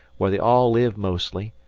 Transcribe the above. where they all live mostly,